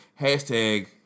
hashtag